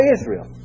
Israel